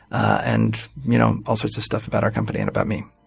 and you know all sorts of stuff about our company and about me.